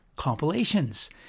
compilations